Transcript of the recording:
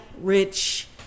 rich